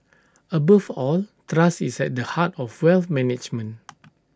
above all trust is at the heart of wealth management